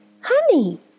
Honey